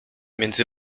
między